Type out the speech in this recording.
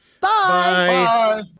Bye